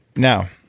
now,